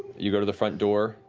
you go to the front door.